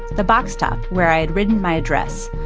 the box top where i had written my address.